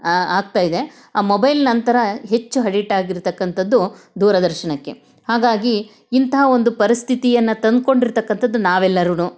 ಆಗುತ್ತಾ ಇದೆ ಆ ಮೊಬೈಲ್ ನಂತರ ಹೆಚ್ಚು ಹಡಿಟ್ ಆಗಿರತಕ್ಕಂಥದ್ದು ದೂರದರ್ಶನಕ್ಕೆ ಹಾಗಾಗಿ ಇಂಥ ಒಂದು ಪರಿಸ್ಥಿತಿಯನ್ನ ತಂದುಕೊಂಡಿರ್ತಕ್ಕಂಥದ್ದು ನಾವೆಲ್ಲರೂ